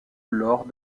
lors